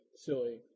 silly